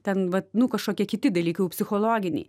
ten vat nu kažkokie kiti dalykai jau psichologiniai